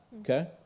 okay